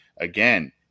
again